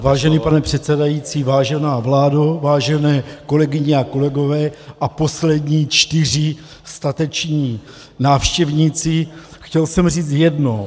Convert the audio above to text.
Vážený pane předsedající, vážená vládo, vážené kolegyně a kolegové a poslední čtyři stateční návštěvníci , chtěl jsem říct jedno.